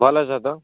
ଭଲ୍ ଅଛ ତ ଭଲ ଅଛି